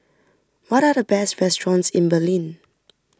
what are the best restaurants in Berlin